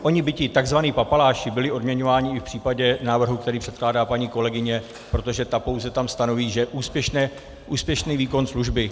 Oni by ti tzv. papaláši byli odměňováni i v případě návrhu, který předkládá paní kolegyně, protože ta pouze tam stanoví, že úspěšný výkon služby.